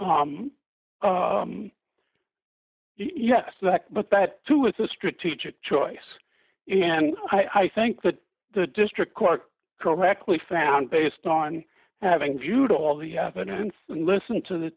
takes yes but that too is a strategic choice and i think that the district court correctly found based on having viewed all the evidence and listened to the